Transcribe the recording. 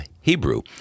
Hebrew